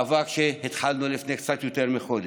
מאבק שהתחלנו לפני קצת יותר מחודש.